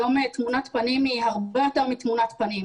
היום תמונת פנים היא הרבה יותר מתמונת פנים